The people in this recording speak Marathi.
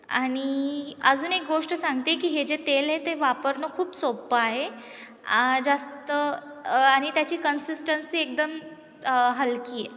आणि अजून एक गोष्ट सांगते की हे जे तेल आहे ते वापरणं खूप सोप्पं आहे जास्त आणि त्याची कन्सिस्टन्सी एकदम हलकी आहे